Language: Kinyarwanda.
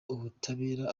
ubutabera